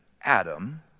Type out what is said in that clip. Adam